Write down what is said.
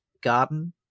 garden